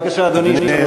בבקשה, אדוני, שלוש דקות.